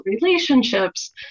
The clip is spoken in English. relationships